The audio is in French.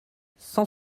cent